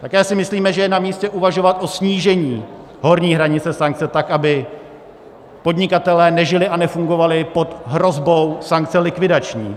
Také si myslíme, že je namístě uvažovat o snížení horní hranice sankce tak, aby podnikatelé nežili a nefungovali pod hrozbou likvidační sankce.